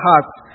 hearts